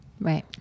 Right